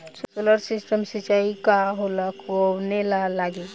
Solar system सिचाई का होला कवने ला लागी?